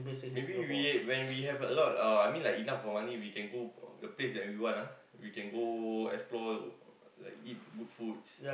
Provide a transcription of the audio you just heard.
maybe we when we have a lot of I mean enough of money we can go the place that we want ah we can go explore like eat good foods